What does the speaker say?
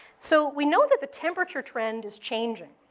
so, we know that the temperature trend is changing.